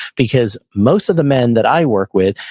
because most of the men that i work with,